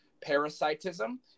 Parasitism